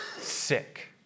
sick